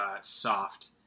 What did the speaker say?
soft